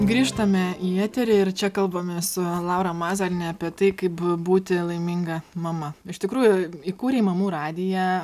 grįžtame į eterį ir čia kalbamės su laura mazaliene apie tai kaip būti laiminga mama iš tikrųjų įkūrei mamų radiją